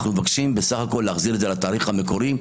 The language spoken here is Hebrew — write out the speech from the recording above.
אנחנו מבקשים בסך הכול להחזיר את זה לתאריך המקורי,